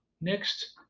next